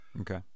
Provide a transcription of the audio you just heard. Okay